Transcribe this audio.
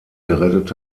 gerettet